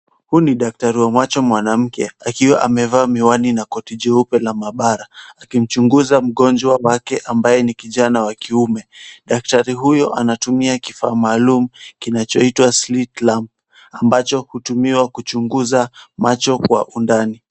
Huyu ni daktari wa macho mwanamke, akiwa amevaa miwani na koti jeupe la maabara, akimchunguza mgonjwa wake ambaye ni kijana wa kiume. Daktari huyo anatumia kifaa maalum kinachoitwa slit lamp ,ambacho hutumiwa kuchunguza macho kwa undani.